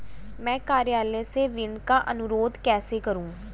मैं कार्यालय से ऋण का अनुरोध कैसे करूँ?